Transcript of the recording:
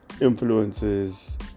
influences